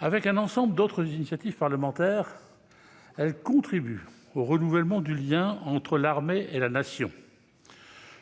Avec un ensemble d'autres initiatives parlementaires, elle contribue au renouvellement du lien entre l'armée et la Nation.